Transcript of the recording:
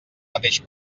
mateix